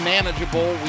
Manageable